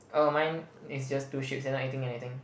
oh mine is just two ships they're not eating anything